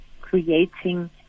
creating